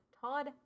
Todd